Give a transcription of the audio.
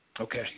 Okay